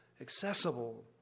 accessible